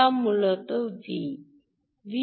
যা মূলত V